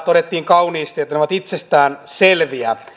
todettiin kauniisti että ne ovat itsestään selviä